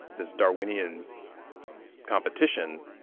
this darwinian competition